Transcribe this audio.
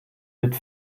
mit